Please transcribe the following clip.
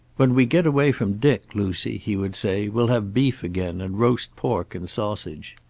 when we get away from dick, lucy, he would say, we'll have beef again, and roast pork and sausage.